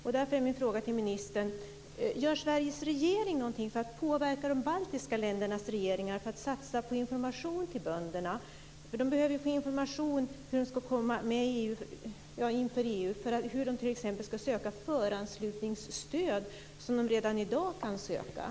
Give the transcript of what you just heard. Min fråga till ministern är: Gör Sveriges regering något för att påverka de baltiska ländernas regeringar att satsa på information till bönderna? Dessa behöver få information inför ett EU-inträde, t.ex. om hur de redan i dag kan ansöka om föranslutningsstöd.